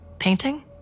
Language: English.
painting